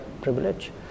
privilege